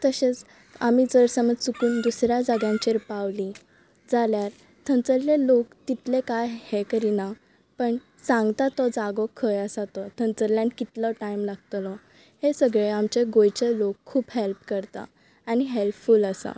तशेंच आमी जर समज चुकून दुसऱ्या जाग्यांचेर पावलीं जाल्यार थंयसल्ले लोक तितले कांय हें करिना पण सांगता तो जागो खंय आसा तो थंयसल्ल्यान कितलो टायम लागतलो हे सगळे आमच्या गोंयच्या लोक खूप हॅल्प करता आनी हॅल्पफुल आसा